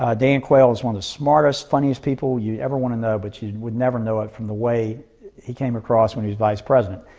ah dan quayle was one of the smartest, funniest people you ever want to know, but you would never know it from the way he came across when he was vice president,